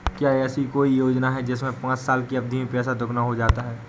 क्या ऐसी कोई योजना है जिसमें पाँच साल की अवधि में पैसा दोगुना हो जाता है?